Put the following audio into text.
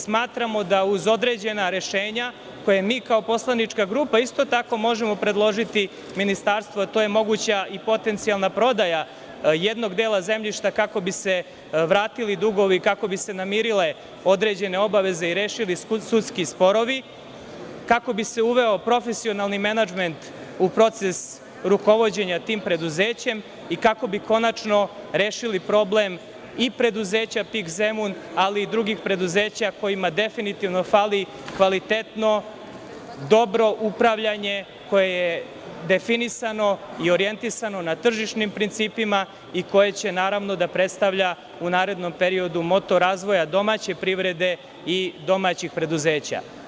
Smatramo da uz određena rešenja koje mi kao poslanička grupa isto tako možemo predložiti ministarstvu, a to je moguća i potencijalna prodaja jednog dela zemljišta kako bi se vratili dugovi, kako bi se namirile određene obaveze i rešili sudski sporovi, kako bi se uveo profesionalni menadžment u proces rukovođenja tim preduzećem i kako bi konačno rešili problem i preduzeća PIK Zemun, ali i drugih preduzeća kojima definitivno fali kvalitetno dobro upravljanje koje je definisano i orjentisano na tržišnim principima i koje će naravno, da predstavlja u narednom periodu moto razvoja domaće privrede i domaćih preduzeća.